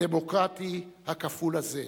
הדמוקרטי הכפול הזה.